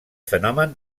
fenomen